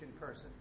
person